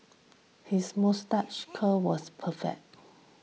his moustache curl was perfect